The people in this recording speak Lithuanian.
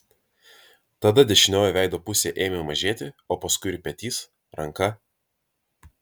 tada dešinioji veido pusė ėmė mažėti o paskui ir petys ranka